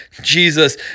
Jesus